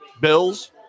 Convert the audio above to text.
Bills